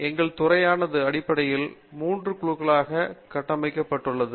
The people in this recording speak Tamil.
எங்கள் துறையானது அடிப்படையில் 3 குழுக்களாக கட்டமைக்கப்பட்டுள்ளது